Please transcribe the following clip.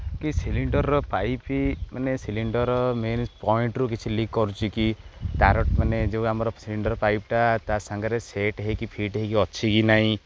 କି ସିଲିଣ୍ଡର୍ର ପାଇପ୍ ମାନେ ସିଲିଣ୍ଡର୍ ମେନ୍ ପଏଣ୍ଟ୍ରୁ କିଛି ଲିକ୍ କରୁଛି କି ତା'ର ମାନେ ଯେଉଁ ଆମର ସିଲିଣ୍ଡର୍ ପାଇପ୍ଟା ତା ସାଙ୍ଗରେ ସେଟ୍ ହୋଇକି ଫିଟ୍ ହୋଇକି ଅଛି କି ନାହିଁ